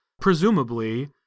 presumably